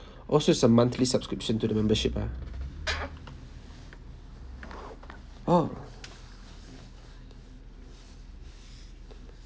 oh so it's a monthly subscription to the membership ah oh